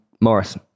Morris